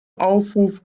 aufruf